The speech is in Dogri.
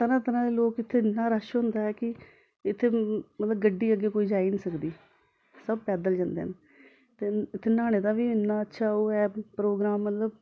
तरहां तरहां दे लोक इत्थै इ'न्ना रश होंदा ऐ कि मतलब इत्थै मतलब गड्डी कोई अग्गें जाई निं सकदी सब पैदल जंदे न ते उत्थै न्हाने दा बी इ'न्ना अच्छा प्रोग्राम मतलब कि